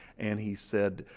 and he said,